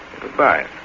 Goodbye